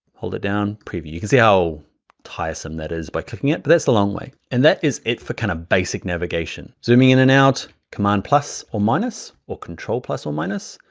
hold it down, preview. you can see how tiresome that is by clicking it. but that's the long way. and that is it for kind of basic navigation, zooming in and out command plus or minus or control plus or minus,